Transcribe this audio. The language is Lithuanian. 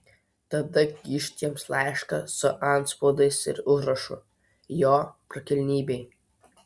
tada kyšt jiems laišką su antspaudais ir užrašu jo prakilnybei